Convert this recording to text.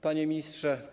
Panie Ministrze!